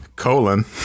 colon